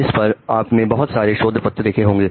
इस पर आपने बहुत सारे शोध पत्र देखे होंगे